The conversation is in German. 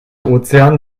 ozean